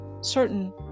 certain